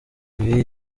ibi